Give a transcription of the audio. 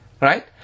right